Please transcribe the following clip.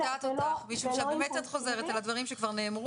אני קוטעת אותך משום שאת באמת חוזרת על דברים שנאמרו,